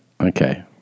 Okay